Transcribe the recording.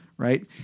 Right